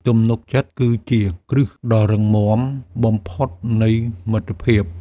ទំនុកចិត្តគឺជាគ្រឹះដ៏រឹងមាំបំផុតនៃមិត្តភាព។